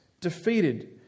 defeated